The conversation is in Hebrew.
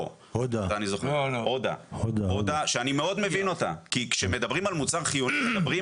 הודא, שאני מאוד מבין אותה, כי שמדברים על רגשות,